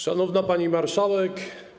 Szanowna Pani Marszałek!